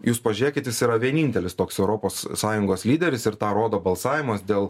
jūs pažiūrėkit jis yra vienintelis toks europos sąjungos lyderis ir tą rodo balsavimas dėl